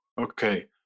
Okay